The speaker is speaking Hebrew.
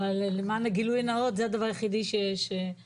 אבל למען הגילוי הנאות זה הדבר היחידי שמשותף